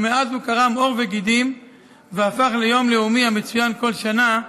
הוא קרם עור וגידים והפך מאז ליום לאומי המצוין כל שנה,